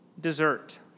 dessert